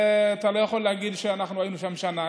ואתה לא יכול להגיד לי שאנחנו היינו שם שנה.